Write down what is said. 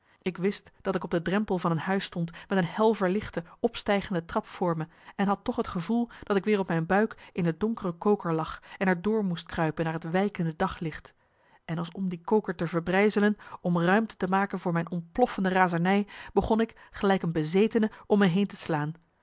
ik wist dat ik op de drempel van een huis stond met een hel verlichte opstijgende trap voor me en had toch het gevoel dat ik weer op mijn buik in de donkere koker lag en er door moest kruipen naar het wijkende daglicht en als om die koker te verbrijzelen om ruimte te maken voor mijn ontploffende razernij begon ik gelijk een bezetene om me heen te slaan